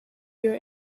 your